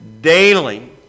daily